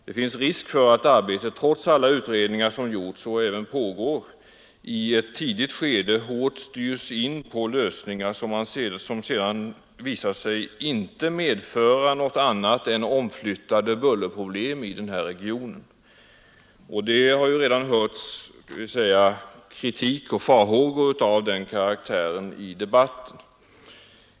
Det finns risk för att arbetet — trots alla utredningar som gjorts och även pågår — i ett tidigt skede hårt styrs in på ”lösningar” som sedan inte visar sig möjliga eller som inte medför något annat än omflyttade bullerproblem inom denna region. Det har redan hörts kritik och farhågor av den karaktären i debatten.